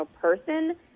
person